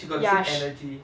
ya